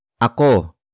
Ako